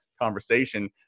conversation